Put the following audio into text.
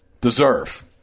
Deserve